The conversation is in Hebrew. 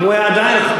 אם הוא היה עדיין בליכוד,